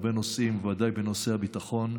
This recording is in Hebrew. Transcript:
בהרבה נושאים, בוודאי בנושא הביטחון.